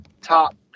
top